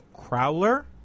crowler